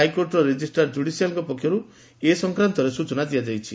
ହାଇକୋର୍ଟର ରେଜିଷ୍ଟ୍ରାର ଜୁଡିସିଆଲଙ୍କ ପକ୍ଷରୁ ଏ ସଂକ୍ରାନ୍ଡରେ ସୂଚନା ଦିଆ ଯାଇଛି